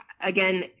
again